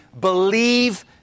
believe